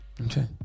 Okay